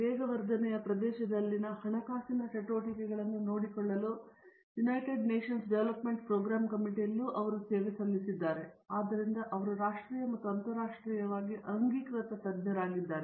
ವೇಗವರ್ಧನೆಯ ಪ್ರದೇಶದಲ್ಲಿನ ಹಣಕಾಸಿನ ಚಟುವಟಿಕೆಗಳನ್ನು ನೋಡಿಕೊಳ್ಳಲು ಯುನೈಟೆಡ್ ನೇಷನ್ಸ್ ಡೆವಲಪ್ಮೆಂಟ್ ಪ್ರೋಗ್ರಾಮ್ ಕಮಿಟಿಯಲ್ಲಿ ಅವರು ಸೇವೆ ಸಲ್ಲಿಸಿದ್ದಾರೆ ಮತ್ತು ಆದ್ದರಿಂದ ಅವರು ರಾಷ್ಟ್ರೀಯ ಮತ್ತು ಅಂತರಾಷ್ಟ್ರೀಯವಾಗಿ ಅಂಗೀಕೃತ ತಜ್ಞರಾಗಿದ್ದಾರೆ